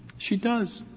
she does.